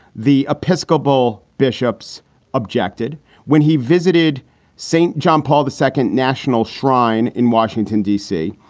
the episcopal bishops objected when he visited st. john paul, the second national shrine in washington, d c.